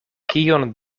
kion